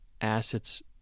assets